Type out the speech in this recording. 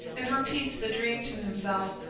and repeats the dream to himself,